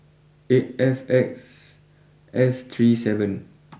eight F X S three seven